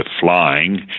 flying